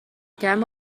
کردن